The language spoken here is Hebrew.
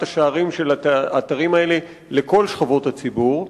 השערים של האתרים האלה לכל שכבות הציבור.